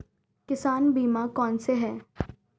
किसान बीमा कौनसे हैं?